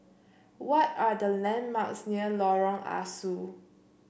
what are the landmarks near Lorong Ah Soo